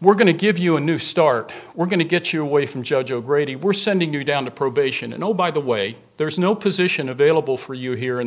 we're going to give you a new start we're going to get you away from judge o'grady we're sending you down to probation and oh by the way there's no position available for you here